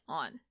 on